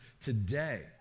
today